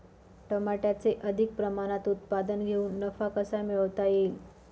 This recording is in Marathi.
टमाट्याचे अधिक प्रमाणात उत्पादन घेऊन नफा कसा मिळवता येईल?